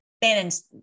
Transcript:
Bannon's